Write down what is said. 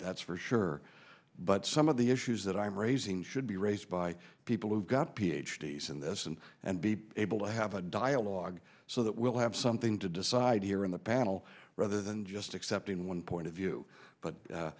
that's for sure but some of the issues that i'm raising should be raised by people who've got ph d s in this and and be able to have a dialogue so that we'll have something to decide here in the panel rather than just accepting one point of view but